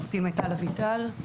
עורכת הדין מיטל אביטל,